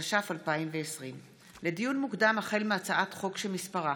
התש"ף 2020. לדיון מוקדם, החל מהצעת חוק שמספרה